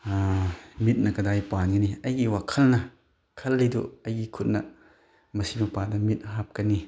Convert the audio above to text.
ꯃꯤꯠꯅ ꯀꯗꯥꯏ ꯄꯥꯟꯒꯅꯤ ꯑꯩꯒꯤ ꯋꯥꯈꯜꯅ ꯈꯜꯂꯤꯗꯨ ꯑꯩꯒꯤ ꯈꯨꯠꯅ ꯃꯁꯤ ꯃꯄꯥꯗ ꯃꯤꯠ ꯍꯥꯞꯀꯅꯤ